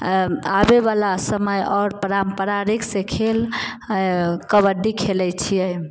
आबैवला समय आओर पारम्परिकसँ खेल कबड्डी खेलै छियै